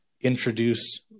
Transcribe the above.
introduce